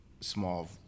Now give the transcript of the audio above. small